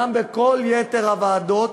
גם בכל יתר הוועדות